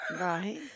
Right